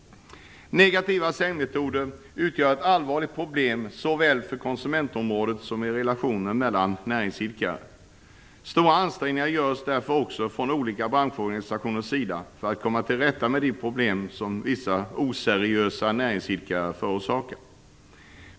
Negativa säljmetoder utgör ett allvarligt problem såväl på konsumentområdet som i relationerna mellan näringsidkare. Stora ansträngningar görs därför också från olika branschorganisationers sida för att komma till rätta med de problem som vissa oseriösa näringsidkare förorsakar.